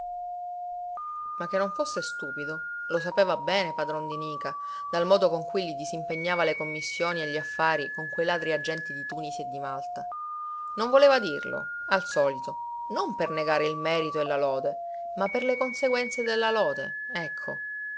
ma che non fosse stupido lo sapeva bene padron di nica dal modo con cui gli disimpegnava le commissioni e gli affari con quei ladri agenti di tunisi e di malta non voleva dirlo al solito non per negare il merito e la lode ma per le conseguenze della lode ecco